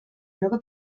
nova